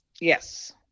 yes